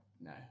No